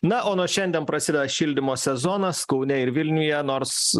na o nuo šiandien prasideda šildymo sezonas kaune ir vilniuje nors